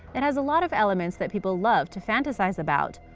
it has a lot of elements that people love to fantasize about.